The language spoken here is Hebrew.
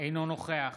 אינו נוכח